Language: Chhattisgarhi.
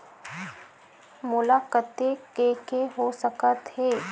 मोला कतेक के के हो सकत हे?